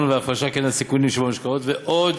וההפרשה כנגד הסיכונים שבמשכנתאות ועוד.